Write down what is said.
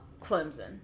Clemson